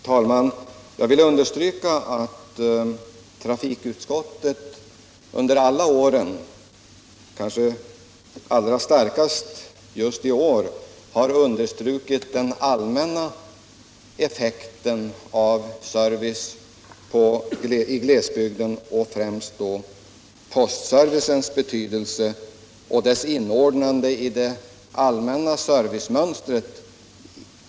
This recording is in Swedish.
Herr talman! Jag vill erinra om att trafikutskottet under alla år, kanske allra starkast just i år, har understrukit den allmänna effekten av service i glesbygden, främst då betydelsen av att postservicen inordnas i det allmänna servicemönstret.